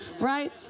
right